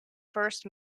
first